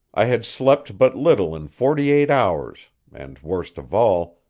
i had slept but little in forty-eight hours, and, worst of all,